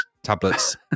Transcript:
tablets